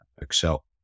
excel